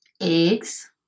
eggs